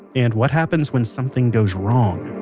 and what happens when something goes wrong?